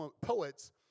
poets